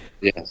Yes